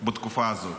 בתקופה הזאת.